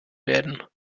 werden